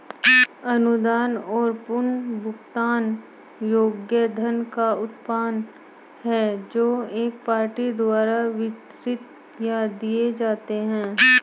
अनुदान गैर पुनर्भुगतान योग्य धन या उत्पाद हैं जो एक पार्टी द्वारा वितरित या दिए जाते हैं